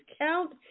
count